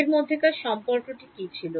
এর মধ্যকার সম্পর্কটি কি ছিল